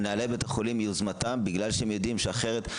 מנהלי בתי החולים מיוזמתם בגלל שהם יודעים שאחרת,